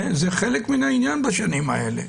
זה חלק מן העניין בשנים האלה.